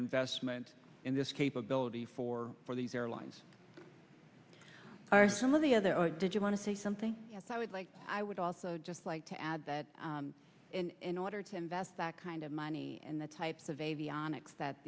investment in this capability for for these airlines are some of the other did you want to say something i would like i would also just like to add that in order to invest that kind of money in the types of avionics that